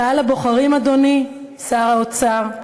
קהל הבוחרים, אדוני שר האוצר,